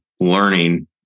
learning